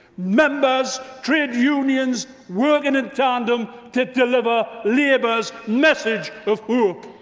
members, trade unions, working in tandem to deliver labour's message of hope.